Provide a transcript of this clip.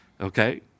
Okay